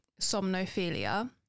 somnophilia